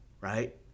right